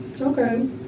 Okay